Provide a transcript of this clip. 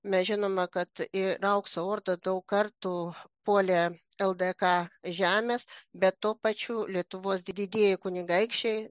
mes žinome kad ir aukso orda daug kartų puolė ldk žemes be to pačių lietuvos didieji kunigaikščiai